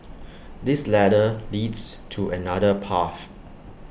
this ladder leads to another path